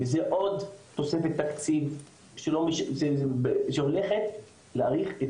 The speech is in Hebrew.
וזה עוד תוספת תקציב שהולכת להאריך את